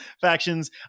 factions